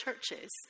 churches